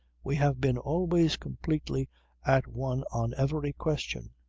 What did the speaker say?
we have been always completely at one on every question.